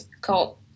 called